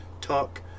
talk